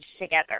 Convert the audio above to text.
together